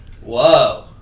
Whoa